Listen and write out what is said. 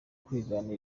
kwigana